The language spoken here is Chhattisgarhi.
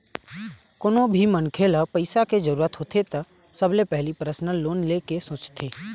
कोनो भी मनखे ल पइसा के जरूरत होथे त सबले पहिली परसनल लोन ले के सोचथे